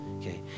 Okay